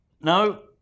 No